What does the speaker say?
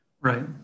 Right